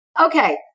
Okay